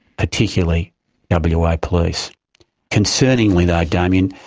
particularly yeah but wa police. concerningly though damien,